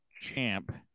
champ